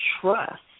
trust